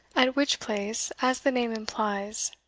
at which place, as the name implies,